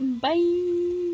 bye